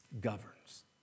governs